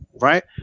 Right